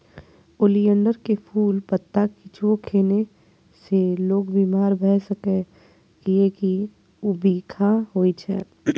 oleander के फूल, पत्ता किछुओ खेने से लोक बीमार भए सकैए, कियैकि ऊ बिखाह होइ छै